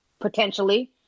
potentially